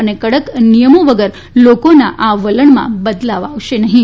અને કડક નિયમો વગર લોકોના આ વલણમાં બદલાવ આવશે નહિ